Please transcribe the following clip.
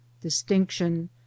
distinction